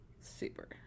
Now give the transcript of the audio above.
Super